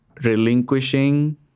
relinquishing